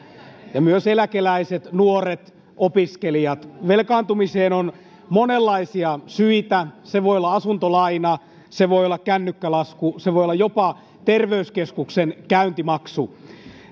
myös eläkeläiset nuoret opiskelijat velkaantumiseen on monenlaisia syitä se voi olla asuntolaina se voi olla kännykkälasku se voi olla jopa terveyskeskuksen käyntimaksu